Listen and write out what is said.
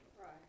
Right